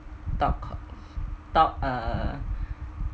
talk cock talk a